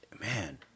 man